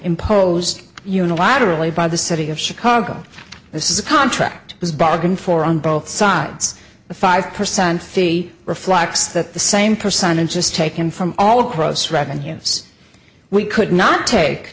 imposed unilaterally by the city of chicago this is a contract is bargain for on both sides the five percent fee reflects that the same percentage is taken from all across revenues we could not take